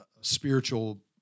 spiritual